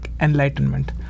enlightenment